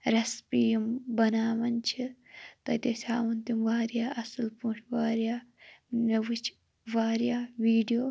recipe یِم بَناوَن چھ تَتہِ ٲسۍ ہاوَن تِم وارِیاہ اَصٕل پٲٹھۍ وارِیاہ مےٚ وُچھ وارِیاہ وِیڈیو